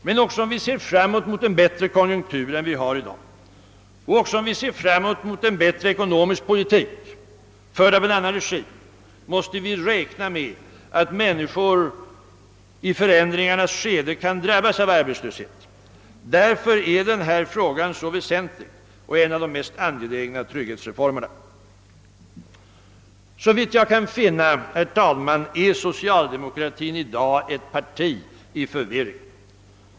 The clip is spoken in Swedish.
Men också om vi ser framåt mot en bättre konjunktur än vi har i dag och också om vi ser fram mot en bättre ekonomisk politik, förd av en annan regim, måste vi räkna med att människor i förändringarnas skede kan drabbas av arbetslöshet. Därför är den här frågan så väsentlig och en av de mest angelägna trygghetsreformerna. Såvitt jag kan finna, herr talman, är socialdemokratin i dag ett parti i förvirring.